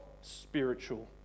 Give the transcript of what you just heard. spiritual